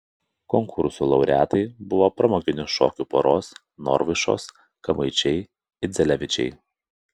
konkursų laureatai buvo pramoginių šokių poros norvaišos kamaičiai idzelevičiai